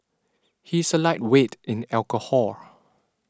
he is a lightweight in alcohol